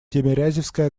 тимирязевская